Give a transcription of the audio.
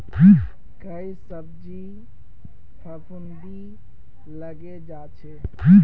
कई सब्जित फफूंदी लगे जा छे